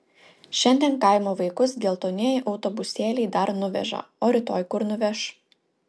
šiandien kaimo vaikus geltonieji autobusėliai dar nuveža o rytoj kur nuveš